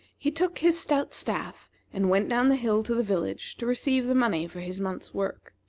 he took his stout staff and went down the hill to the village to receive the money for his month's work.